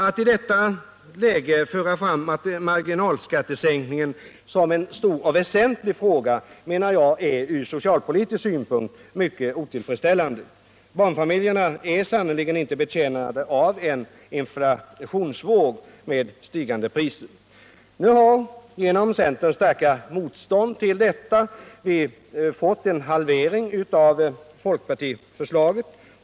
Att i detta läge föra fram marginalskattesänkningar som en stor och väsentlig fråga är, menar jag, från socialpolitisk synpunkt mycket otillfredsställande. Barnfamiljerna är sannerligen inte betjänta av en inflationsvåg med stigande priser. Genom centerns starka motstånd till detta har vi fått fram en halvering av folkpartiförslaget.